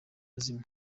zimwe